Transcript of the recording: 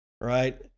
Right